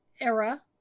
era